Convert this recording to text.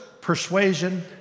persuasion